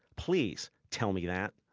please tell me that.